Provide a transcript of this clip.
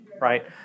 right